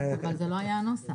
אבל זה לא היה הנוסח.